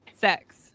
Sex